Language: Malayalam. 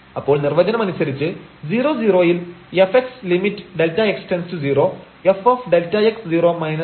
അപ്പോൾ നിർവചനമനുസരിച്ച് 00ൽ fx lim┬Δx→0fΔx 0 f0 0Δx എന്നായിരിക്കും